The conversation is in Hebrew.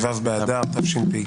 ו' אדר התשפ"ד.